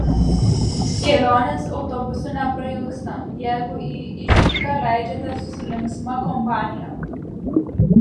kelionės autobusu neprailgsta jeigu į išvyką leidžiatės su linksma kompanija